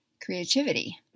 creativity